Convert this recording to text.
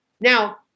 Now